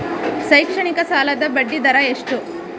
ಶೈಕ್ಷಣಿಕ ಸಾಲದ ಬಡ್ಡಿ ದರ ಎಷ್ಟು?